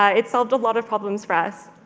ah it solved a lot of problems for us